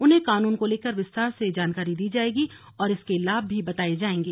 उन्हें कानून को लेकर विस्तार से जानकारी दी जाएगी और इसके लाभ भी बताए जाएंगे